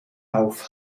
auf